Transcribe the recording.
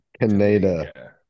Canada